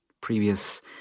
previous